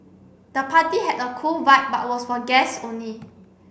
the party had a cool vibe but was for guest only